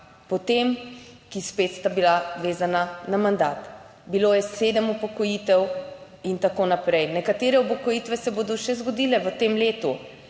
Potem, ki spet sta bila vezana na mandat. Bilo je sedem upokojitev i tako naprej. Nekatere upokojitve se bodo še zgodile v tem letu.